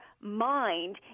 mind